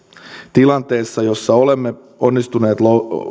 tilanteessa jossa olemme onnistuneet